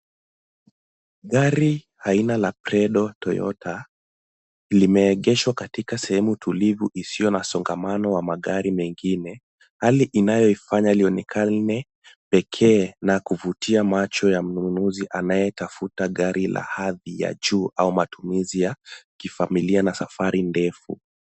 Gari la aina ya prado Toyota. Limeegeshwa katika sehemu tulivu isiyo na msongamano wa magari mengine .Hali inayoifanya lionekane pekee na kuvutia macho ya mnunuzi anayetafuta gari ya hadhi ya juu au matumizi ya kifamilia na safari ndefu.